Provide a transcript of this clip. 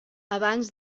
abans